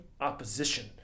Opposition